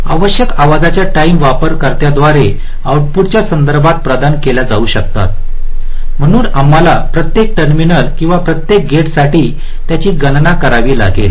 आवश्यक आवाजाच्या टाइम वापरकर्त्याद्वारे आउटपुटच्या संदर्भात प्रदान केल्या जाऊ शकतात म्हणून आम्हाला प्रत्येक टर्मिनल किंवा प्रत्येक गेटसाठी त्यांची गणना करावी लागेल